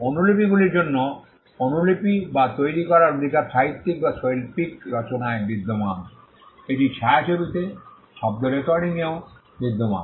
অনুলিপিগুলির জন্য অনুলিপি বা তৈরি করার অধিকার সাহিত্যিক বা শৈল্পিক রচনায় বিদ্যমান এটি ছায়াছবিতে শব্দ রেকর্ডিংয়েও বিদ্যমান